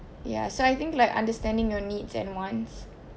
ya so I think like understanding your needs and wants